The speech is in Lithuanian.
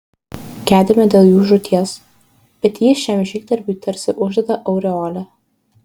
gedime dėl jų žūties bet ji šiam žygdarbiui tarsi uždeda aureolę